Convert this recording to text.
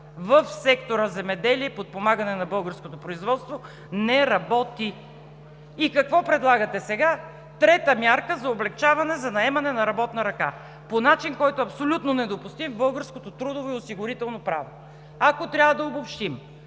в сектора „Земеделие и подпомагане на българското производство“ не работи! И какво предлагате сега – трета мярка за облекчаване за наемане на работна ръка по начин, който абсолютно е недопустим в българското трудово и осигурително право. Ако трябва да обобщим